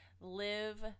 live